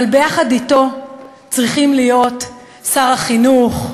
אבל יחד אתו צריכים להיות שר החינוך,